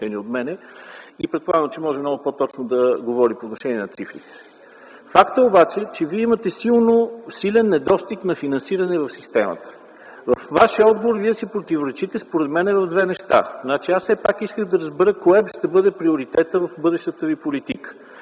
и предполагам, че може много по-точно да говори по отношение на цифрите. Факт е обаче, че вие имате силен недостиг на финансиране в системата. Във Вашия отговор Вие си противоречите според мен в две неща. Аз все пак исках да разбера кой ще бъде приоритетът в бъдещата ви политика